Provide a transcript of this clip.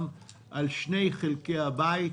על שני חלקי הבית,